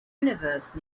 universe